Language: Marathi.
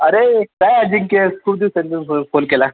अरे काय अजिंक्य खूप दिवसांनी फोन केला